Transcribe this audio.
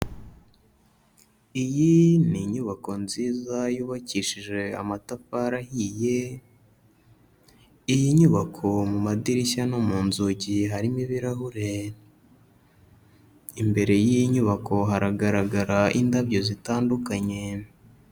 Iyi ni inyubako nziza yubakishije amatafari ahiye, iyi nyubako mu madirishya no mu nzugi harimo ibirahure, imbere y'iyi nyubako haragaragara indabyo zitandukanye.